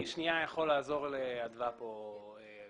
אני עמיחי דוד ממשרד האוצר ואני יכול לעזור לאדווה מובדלי במענה.